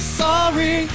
sorry